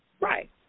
right